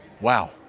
Wow